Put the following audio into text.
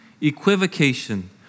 equivocation